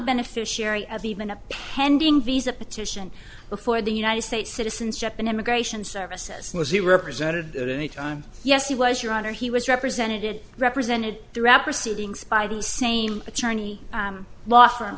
beneficiary of even a pending visa petition before the united states citizenship and immigration services was he represented at any time yes he was your honor he was represented represented throughout proceedings by the same attorney law firm